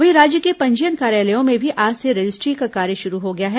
वहीं राज्य के पंजीयन कार्यालयों में भी आज से रजिस्ट्री का कार्य शुरू हो गया है